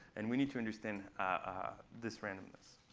and we need to understand this randomness.